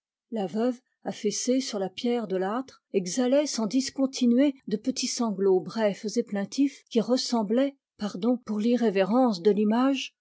la veuve affaissée sur la pierre de l'âtre exhalait sans discontinuer de petits sanglots brefs et plaintifs qui ressemblaient pardon pour l'irrévérence de l'image